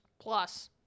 plus